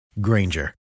Granger